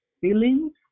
feelings